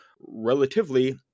relatively